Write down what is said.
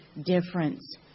difference